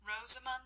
Rosamund